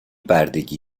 بردگی